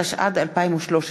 התשע"ד 2013,